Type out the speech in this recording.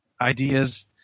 ideas